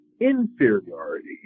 inferiority